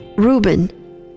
Reuben